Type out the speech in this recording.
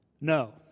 no